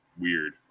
Weird